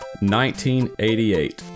1988